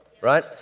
right